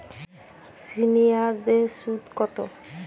সিনিয়ারদের সুদ কত?